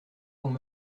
qu’on